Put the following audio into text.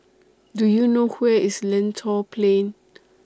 Do YOU know Where IS Lentor Plain